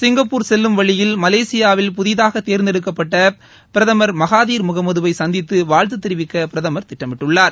Singapore செல்லும் வழியில் மலேசியாவில் புதிதூக தேர்ந்தெடுக்கப்பட்ட பிரதமர் மகாதீர் முகமதுவை சந்தித்து வாழ்த்துத் தெரிவிக்க பிரதமர் திட்டமிட்டுள்ளார்